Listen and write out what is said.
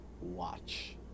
watch